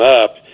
up